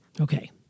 Okay